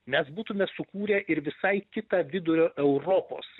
mes būtume sukūrę ir visai kitą vidurio europos